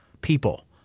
people